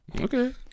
Okay